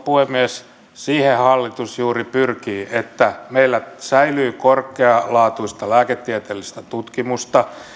puhemies siihenhän hallitus juuri pyrkii että meillä säilyy korkealaatuista lääketieteellistä tutkimusta